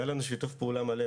היה לנו שיתוף פעולה מלא,